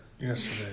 yesterday